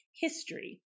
history